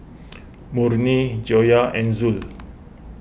Murni Joyah and Zul